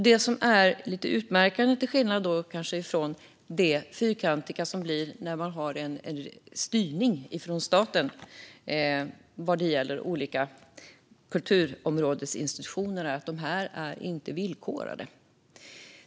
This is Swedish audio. Det som är utmärkande för dessa pengar, till skillnad från det kanske lite fyrkantiga när man har styrning från staten vad gäller olika kulturområdesinstitutioner, är att de inte är villkorade.